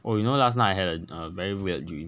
oh you know last night I had a a very weird dream